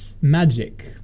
Magic